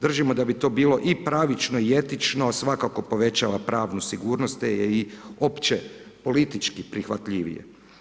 Držimo da bi to bilo i pravično i etično, svakako povećava pravnu sigurnosti i opće politički prihvatljivije.